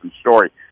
story